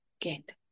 get